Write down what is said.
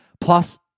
Plus